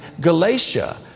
Galatia